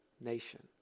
nation